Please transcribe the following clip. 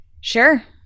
Sure